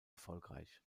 erfolgreich